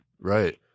Right